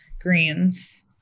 greens